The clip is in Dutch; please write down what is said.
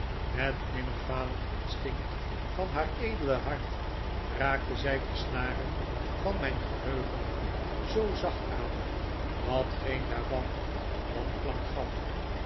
met nimmer falend instinct van haar edele hart raakte zij de snaren van mijn geheugen zoo zacht aan dat geen daarvan een wanklank gaf